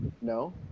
No